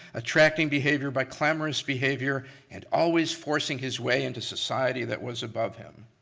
attracting behavior by clamorous behavior and always forcing his way into society that was above him,